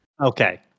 Okay